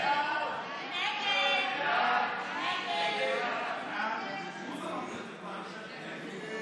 ההצעה להעביר לוועדה את הצעת חוק התפזרות הכנסת העשרים-ושלוש,